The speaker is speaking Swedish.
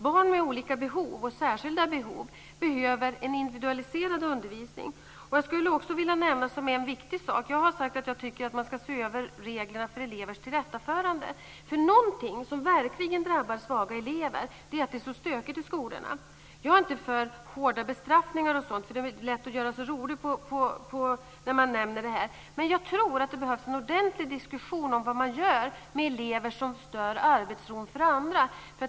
Barn med olika behov och särskilda behov behöver en individualiserad undervisning. Jag skulle också vilja nämna en annan viktig sak. Jag har sagt att jag tycker att man ska se över reglerna för elevers tillrättaförande. Någonting som verkligen drabbar svaga elever är att det är så stökigt i skolorna. Jag är inte för hårda bestraffningar. Det är ju lätt att göra sig rolig när man nämner den här frågan. Men jag tror att det behövs en ordentlig diskussion om vad man gör med elever som stör arbetsron för andra.